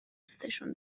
دوسشون